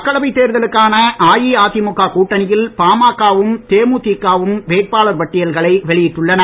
மக்களவை தேர்தலுக்கான அஇஅதிமுக கூட்டணியில் பாமக வும் தேமுதிக வும் வேட்பாளர் பட்டியல்களை வெளியிட்டுள்ளன